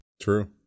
True